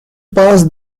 pass